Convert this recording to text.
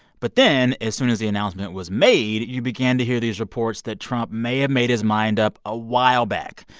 but then as soon as the announcement was made, you began to hear these reports that trump may have ah made his mind up a while back.